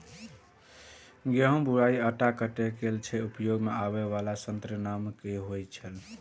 गेहूं बुआई आ काटय केय लेल उपयोग में आबेय वाला संयंत्र के नाम की होय छल?